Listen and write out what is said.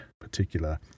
particular